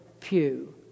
pew